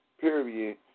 Period